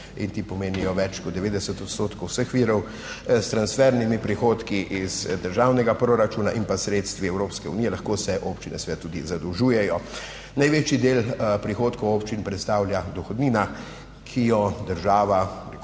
in ti pomenijo več kot 90 odstotkov vseh virov, s transfernimi prihodki iz državnega proračuna in pa s sredstvi Evropske unije. Lahko se občine seveda tudi zadolžujejo. Največji del prihodkov občin predstavlja dohodnina, ki jo država,